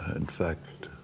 in fact